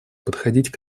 подходить